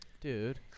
Dude